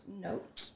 Nope